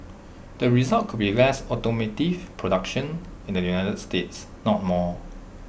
the result could be less automotive production in the united states not more